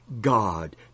God